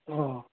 ꯑꯣ